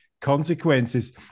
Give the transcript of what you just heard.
consequences